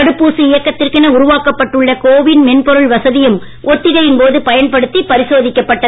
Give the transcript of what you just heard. தடுப்பூசி இயக்கத்திற்கென உருவாக்கப்பட்டுள்ள கோ வின் மென்பொருள் வசதியும் ஒத்திகையின் போது பயன்படுத்திப் பரிசோதிக்கப்பட்டது